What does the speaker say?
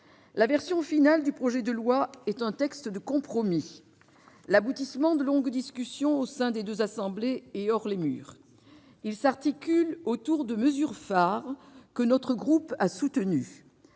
sa version finale, ce projet de loi est un texte de compromis, aboutissement de longues discussions au sein des deux assemblées et hors les murs. Il s'articule autour de mesures phares, que les élus de notre groupe ont soutenues.